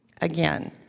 again